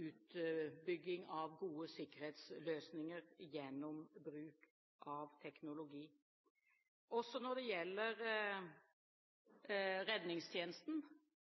utbygging av gode sikkerhetsløsninger gjennom bruk av teknologi. Også når det gjelder redningstjenesten,